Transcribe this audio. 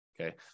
okay